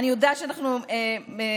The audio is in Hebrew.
אני יודעת שאנחנו ממהרים,